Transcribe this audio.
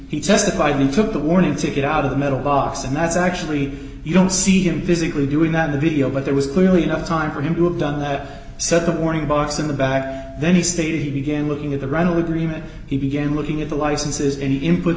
he testified he took the warning ticket out of the metal box and that's actually you don't see him physically doing that in the video but there was clearly enough time for him to have done that said the morning box in the back then he stated he began looking at the rental agreement he began looking at the licenses any input